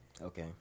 Okay